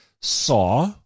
saw